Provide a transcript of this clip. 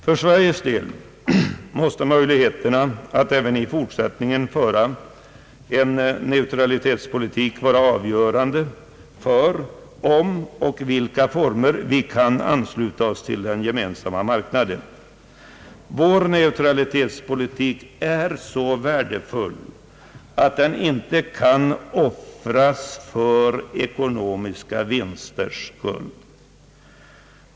För Sveriges del måste möjligheterna att även i fortsättningen föra en neutralitetspolitik vara avgörande för om och i vilka former vi kan ansluta oss till den gemensamma marknaden. Vår neutralitetspolitik är så värdefull att den inte kan offras för ekonomiska vinsters skull.